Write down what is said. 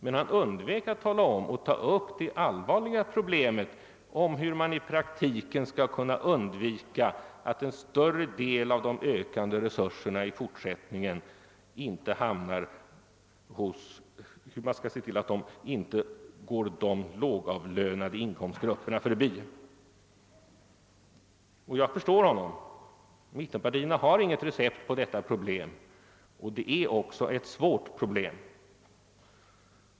Men han undvek att tala om och att ta upp det allvarliga problemet om hur man i praktiken skall kunna undvika att en större del av de ökande resurserna i fortsättningen inte går de lågavlönade inkomstgrupperna förbi. Jag förstår honom. Mittenpartierna har inget recept för lösning av detta problem, som verkligen är ett svårt problem.